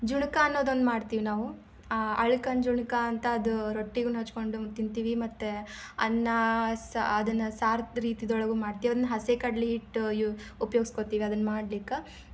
ಜುಣಕ ಅನ್ನೋದೊಂದು ಮಾಡ್ತೀವಿ ನಾವು ಅಳ್ಕನ ಜುಣಕ ಅಂತ ಅದು ರೊಟ್ಟಿಗೂ ಹಚ್ಚಿಕೊಂಡು ತಿಂತೀವಿ ಮತ್ತು ಅನ್ನ ಸಾ ಅದನ್ನು ಸಾರು ರೀತಿದೊಳಗೂ ಮಾಡ್ತೀವಿ ಅದನ್ನ ಹಸಿ ಕಡ್ಲಿಹಿಟ್ಟು ಯು ಉಪಯೋಗ್ಸ್ಕೊತ್ತಿವಿ ಅದನ್ನು ಮಾಡ್ಲಿಕ್ಕೆ